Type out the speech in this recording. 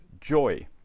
joy